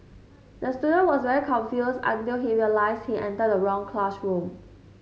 the student was very confused until he realised he entered the wrong classroom